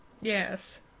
Yes